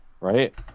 right